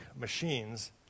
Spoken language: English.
machines